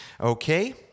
Okay